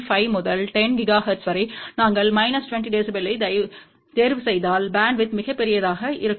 5 முதல் 10 ஜிகாஹெர்ட்ஸ் வரை நாங்கள் மைனஸ் 20 dBயைத் தேர்வுசெய்தால் பேண்ட்வித் மிகப் பெரியதாக இருக்கும்